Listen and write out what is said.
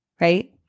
Right